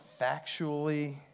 factually